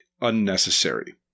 unnecessary